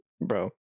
Bro